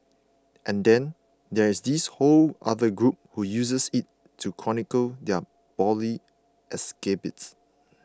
and then there's this whole other group who uses it to chronicle their bawdy escapades